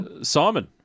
Simon